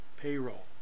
payroll